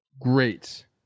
great